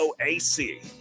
AC